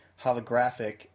holographic